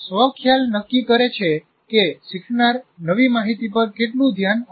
સ્વ ખ્યાલ નક્કી કરે છે કે શીખનાર નવી માહિતી પર કેટલું ધ્યાન આપશે